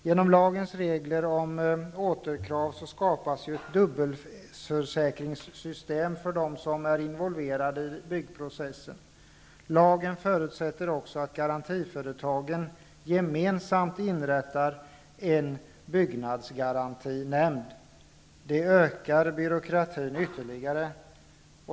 Genom lagens regler om återkrav skapas ett dubbelförsäkringssystem för dem som är involverade i byggprocessen. Lagen förutsätter också att garantiföretagen gemensamt inrättar en byggnadsgarantinämnd. Det ökar byråkratin ytterligare.